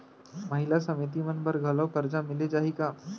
महिला समिति मन बर घलो करजा मिले जाही का?